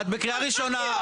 את בקריאה ראשונה.